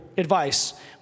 advice